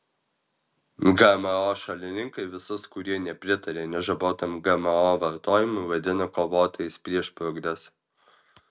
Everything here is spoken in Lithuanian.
gmo šalininkai visus kurie nepritaria nežabotam gmo vartojimui vadina kovotojais prieš progresą